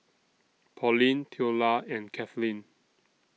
Pauline Theola and Kathleen